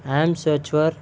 yam సచ్వర్